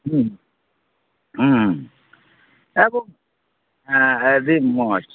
ᱦᱮᱸ ᱟᱹᱰᱤ ᱢᱚᱸᱡᱽ